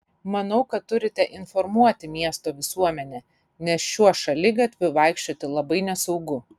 manau kad turite informuoti miesto visuomenę nes šiuo šaligatviu vaikščioti labai nesaugu